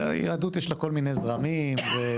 היהדות יש לה כל מיני זרמים ותנועות,